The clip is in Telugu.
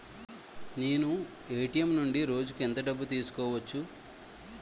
నేను ఎ.టి.ఎం నుండి రోజుకు ఎంత డబ్బు తీసుకోవచ్చు?